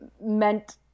meant